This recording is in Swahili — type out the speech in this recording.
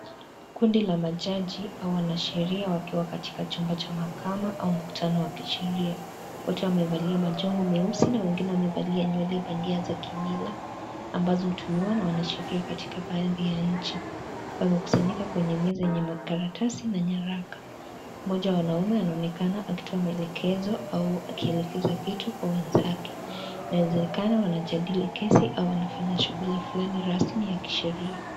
Kundi la majaji au wanasheria wakiwa katika chumba cha makamo au mkutano wa kisheria. Wote wamevalia majoho meusi na wengine wamevalia nywele bandia za kimila ambazo hutumiwa na wanasheria katika baadhi ya nchi. Wamekusanyika kwenye meza yenye karatasi na nyaraka. Mmoja wa wanaume anaonekana akitoa maelekezo au akieleza kitu kwa wenzake. Inawezekana wanajadili kesi au wanafanya shughuli fulani rasmi ya kisheria.